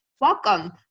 welcome